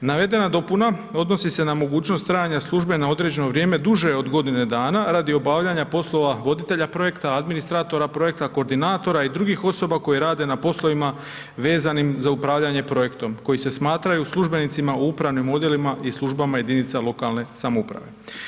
Navedena dopuna odnosi se na mogućnost trajanja službe na određeno vrijeme duže od godine dana radi obavljanja poslova voditelja projekta, administratora projekta, koordinatora i drugih osoba koje rade na poslovima vezanim za upravljanje projektom koji se smatraju službenicima u upravnim djelima i službama jedinica lokalne samouprave.